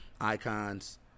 icons